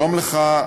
שלום לך,